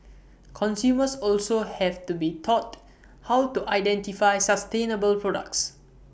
consumers also have to be taught how to identify sustainable products